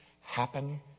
happen